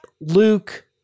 Luke